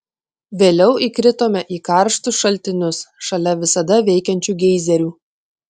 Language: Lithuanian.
vėliau įkritome į karštus šaltinius šalia visada veikiančių geizerių